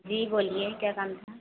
जी बोलिए क्या काम था